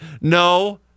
no